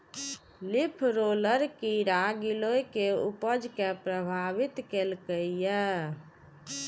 leaf roller कीड़ा गिलोय के उपज कें प्रभावित केलकैए